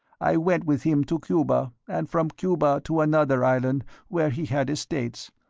i went with him to cuba, and from cuba to another island where he had estates,